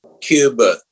Cuba